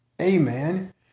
amen